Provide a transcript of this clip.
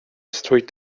street